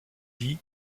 dit